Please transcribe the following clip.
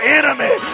enemy